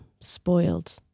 spoiled